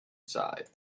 side